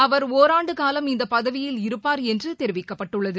அவர் ஓராண்டுக்காலம் இந்த பதவியில் இருப்பார் என்று தெரிவிக்கப்பட்டுள்ளது